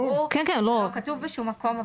זה לא כתוב בשום מקום,